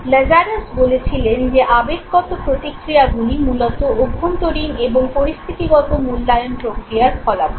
Lazarus বলেছিলেন যে আবেগগত প্রতিক্রিয়াগুলি মূলত অভ্যন্তরীণ এবং পরিস্থিতিগত মূল্যায়ন প্রক্রিয়ার ফলাফল